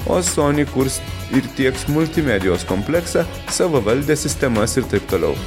o sony kurs ir tieks multimedijos kompleksą savavaldes sistemas ir taip toliau